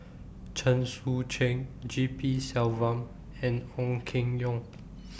Chen Sucheng G P Selvam and Ong Keng Yong